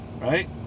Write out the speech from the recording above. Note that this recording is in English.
right